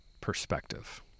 perspective